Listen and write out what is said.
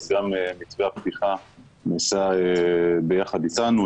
גם מתווה הפתיחה נעשה ביחד איתנו,